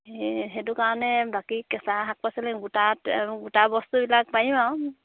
এই সেইটো কাৰণে বাকী কেঁচা শাক পাচলি গোটাত গোটা বস্তুবিলাক পাৰিম আৰু